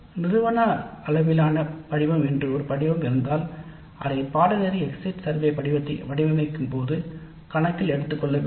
நிறுவன அளவிலான படிவம் என்று ஒரு படிவம் இருந்தால் அதை எக்ஸிட் சர்வே படிவத்தை வடிவமைக்கும்போது கணக்கில் எடுத்துக்கொள்ளப்பட வேண்டும்